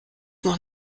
noch